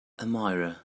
amira